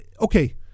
okay